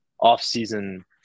off-season